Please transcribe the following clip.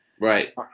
Right